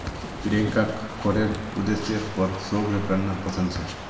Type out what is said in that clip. प्रियंकाक करेर उद्देश्येर पर शोध करना पसंद छेक